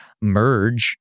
merge